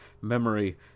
memory